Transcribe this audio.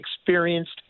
experienced